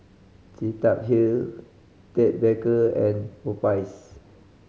Cetaphil Ted Baker and Popeyes